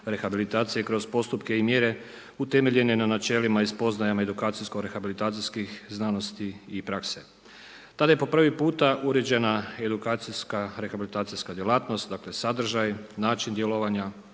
rehabilitacije kroz postupke i mjere utemeljene na načelima i spoznajama edukacijsko-rehabilitacijskih znanosti i prakse. Tada je po prvi puta uređena edukacijska rehabilitacijska djelatnost dakle, sadržaj, način djelovanja,